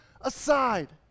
aside